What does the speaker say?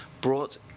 brought